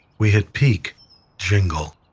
we had peak jingle.